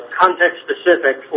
context-specific